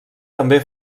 també